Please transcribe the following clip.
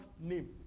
name